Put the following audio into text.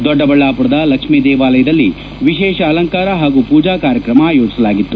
ದೊಡ್ಡಬಳ್ಳಾಪುರದ ಲಕ್ಷ್ಮೀ ದೇವಾಲಯದಲ್ಲಿ ವಿಶೇಷ ಅಲಂಕಾರ ಹಾಗೂ ಪೂಜಾ ಕಾರ್ಯಕ್ರಮ ಆಯೋಜಿಸಲಾಗಿತ್ತು